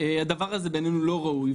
הדבר הזה בעינינו לא ראוי.